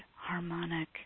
harmonic